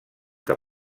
que